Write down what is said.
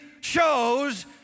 shows